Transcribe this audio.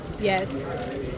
Yes